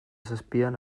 zazpian